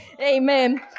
Amen